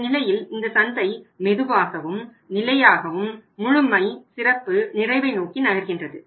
இந்நிலையில் இந்த சந்தை மெதுவாகவும் நிலையாகவும் முழுமை சிறப்பு நிறைவை நோக்கி நகர்கின்றது